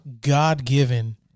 God-given